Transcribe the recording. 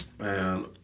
man